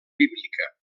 bíblica